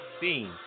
seen